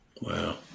Wow